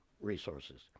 resources